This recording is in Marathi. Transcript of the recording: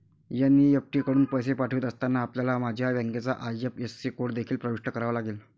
एन.ई.एफ.टी कडून पैसे पाठवित असताना, आपल्याला माझ्या बँकेचा आई.एफ.एस.सी कोड देखील प्रविष्ट करावा लागेल